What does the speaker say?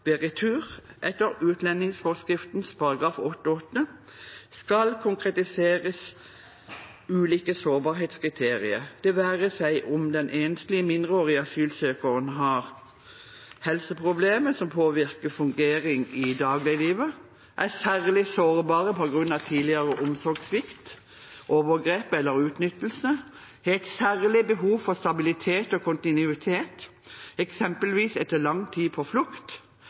etter utlendingsforskriftens § 8-8, skal konkretiseres ulike sårbarhetskriterier, det være seg om den enslige mindreårige asylsøkeren har helseproblemer som påvirker fungering i dagliglivet, er særlig sårbar på grunn av tidligere omsorgssvikt, overgrep eller utnyttelse, har et særlig behov for stabilitet og kontinuitet, eksempelvis etter lang tid på flukt,